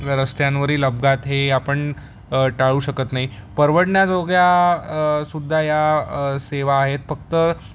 रस्त्यांवरील अपघात हे आपण टाळू शकत नाही परवडण्याजोग्या सुद्धा या सेवा आहेत फक्त